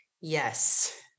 yes